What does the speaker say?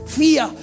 fear